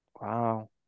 Wow